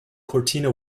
cortina